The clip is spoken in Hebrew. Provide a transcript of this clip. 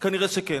כנראה שכן.